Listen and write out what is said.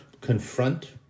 confront